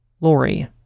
Lori